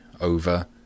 over